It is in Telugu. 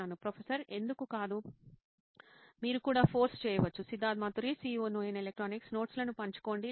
ప్రొఫెసర్ ఎందుకు కాదు మీరు కూడా ఫోర్స్ చేయవచ్చు సిద్ధార్థ్ మాతురి CEO నోయిన్ ఎలక్ట్రానిక్స్ నోట్స్ లను పంచుకోండి లేదా